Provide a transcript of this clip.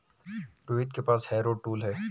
रोहित के पास harrow tool है